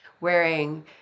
wearing